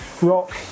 rock